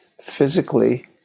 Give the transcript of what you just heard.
physically